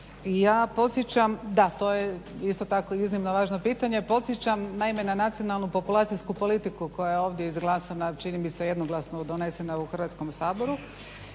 izgradnje vrtića, to je isto tako iznimno važno pitanje. Podsjećam naime na nacionalnu populacijsku politiku koja je ovdje izglasana čini mi se jednoglasno donesena u Hrvatskom saboru